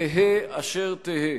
תהא אשר תהא,